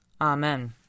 Amen